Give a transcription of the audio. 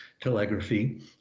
telegraphy